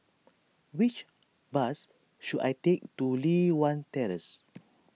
which bus should I take to Li Hwan Terrace